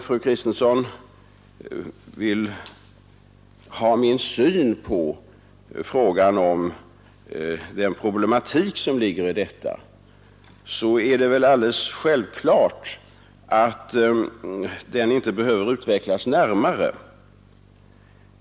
Fru Kristensson kanske vill ha min syn på frågan om den problematik som ligger i detta, men det är väl alldeles självklart att den inte behöver utvecklas närmare.